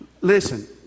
listen